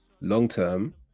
long-term